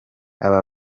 aba